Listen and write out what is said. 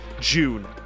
June